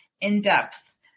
in-depth